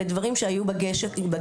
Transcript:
לדברים שהיו בגפ"ן.